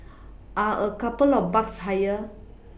are a couple of bucks higher